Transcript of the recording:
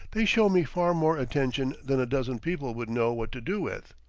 they show me far more attention than a dozen people would know what to do with.